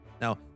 now